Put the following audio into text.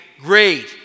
Great